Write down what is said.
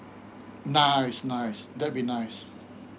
nice nice that will be nice